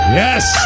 yes